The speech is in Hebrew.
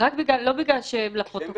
מכוח חוק המרשם הפלילי ותקנת השבים.